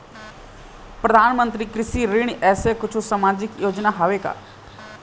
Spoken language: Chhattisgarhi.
परधानमंतरी कृषि ऋण ऐसे कुछू सामाजिक योजना हावे का?